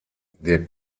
der